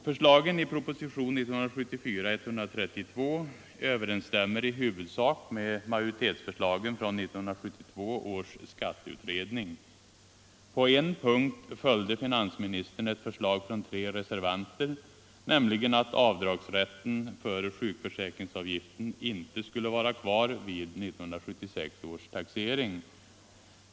Förslagen i propositionen 1974:132 överensstämmer i huvuksak med majoritetsförslagen från 1972 års skatteutredning. På en punkt följde finansministern ett förslag från tre reservanter, nämligen att avdragsrätten för sjukförsäkringsavgiften inte skulle vara kvar vid 1976 års taxering.